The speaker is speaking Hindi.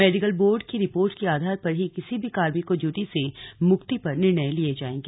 मेडिकल बोर्ड की रिपोर्ट के आधार पर ही किसी भी कार्मिक को डयूटी से मुक्ति पर निर्णय लिए जाएंगे